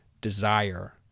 Desire